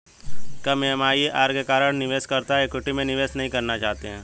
कम MIRR के कारण निवेशकर्ता इक्विटी में निवेश नहीं करना चाहते हैं